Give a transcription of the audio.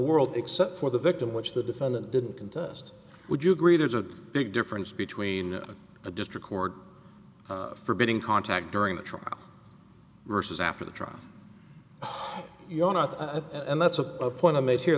world except for the victim which the defendant didn't contest would you agree there's a big difference between a district court forbidding contact during the trial versus after the trial you're not and that's a point i made here